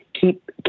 keep